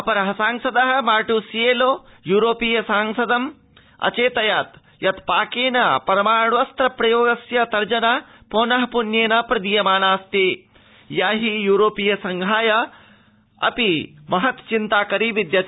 अपर सांसद मार्ट्सिएलो यूरोपीया संसद् अचेतमत् यत्याकेन परमाण्वास्त्रप्रयोगस्य तर्जना पौनप्न्येन प्रदीयमानास्ति या हि यूरोपीय संघाय अपि महत् चिन्ताकरी विद्यते